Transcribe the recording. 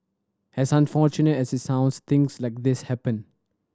as unfortunate as it sounds things like this happen